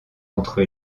contre